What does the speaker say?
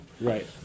Right